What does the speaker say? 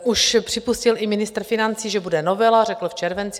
Už připustil i ministr financí, že bude novela, řekl to v červenci.